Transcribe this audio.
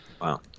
Wow